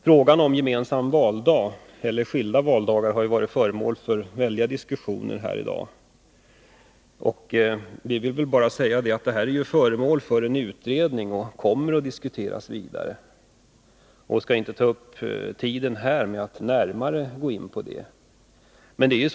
Frågan om gemensam valdag eller skilda valdagar har diskuterats väldigt här i dag. Frågan är föremål för en utredning och kommer att debatteras vidare. Jag skall därför inte ta upp tiden med att närmare gå in på den saken.